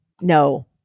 No